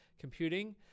computing